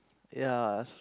ya